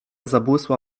zabłysła